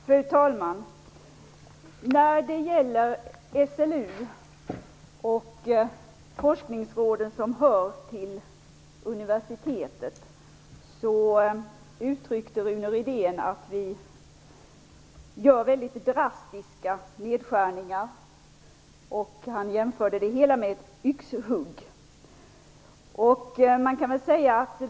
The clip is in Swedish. Fru talman! När det gäller SLU och de forskningsråd som hör till universitetet uttryckte Rune Rydén att vi gör väldigt drastiska nedskärningar. Han jämförde det hela med ett yxhugg.